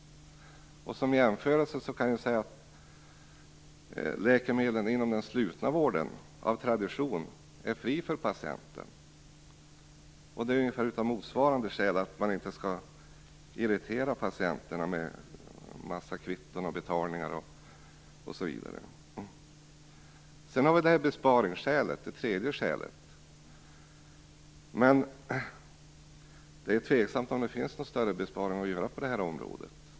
Som jämförelse kan jag nämna att läkemedlen inom den slutna vården av tradition är fria för patienten. Skälen till det är ungefär motsvarande - att man inte skall irritera patienterna med en massa kvitton och betalningar osv. För det tredje gäller det besparingsskälet. Det är tveksamt om det egentligen finns någon större besparing att göra på detta område.